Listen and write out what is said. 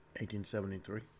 1873